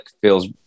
feels